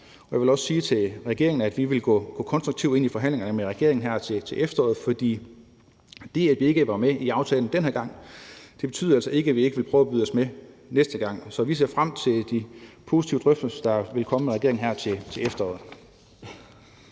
Jeg vil også sige til regeringen, at vi vil gå konstruktivt ind i forhandlingerne med regeringen her til efteråret, for det, at vi ikke var med i aftalen den her gang, betyder ikke, at vi ikke vil prøve at byde ind næste gang. Så vi ser frem til de positive drøftelser med regeringen, der vil komme her til efteråret.